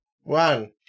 one